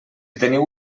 teniu